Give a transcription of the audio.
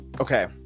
okay